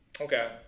Okay